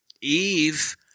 Eve